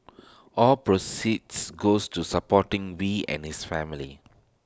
all proceeds goes to supporting wee and his wife